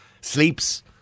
sleeps